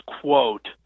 quote